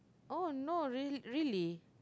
oh no really really